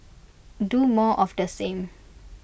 do more of the same